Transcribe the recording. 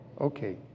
Okay